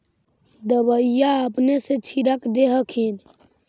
दबइया अपने से छीरक दे हखिन?